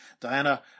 Diana